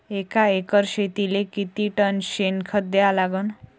एका एकर शेतीले किती टन शेन खत द्या लागन?